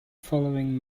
following